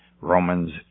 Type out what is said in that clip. Romans